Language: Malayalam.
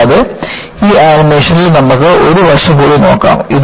കൂടാതെ ഈ ആനിമേഷനിൽ നമുക്ക് ഒരു വശം കൂടി നോക്കാം